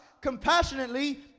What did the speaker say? compassionately